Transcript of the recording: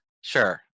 Sure